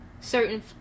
certain